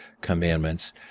commandments